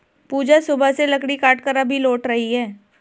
पूजा सुबह से लकड़ी काटकर अभी लौट रही है